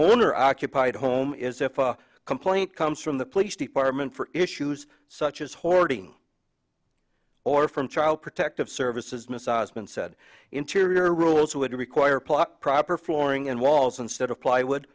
owner occupied home is if a complaint comes from the police department for issues such as hoarding or from child protective services massaged and said interior rules would require pluck proper flooring and walls instead of plywood